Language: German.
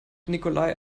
nikolai